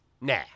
Nah